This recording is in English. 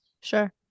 Sure